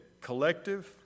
collective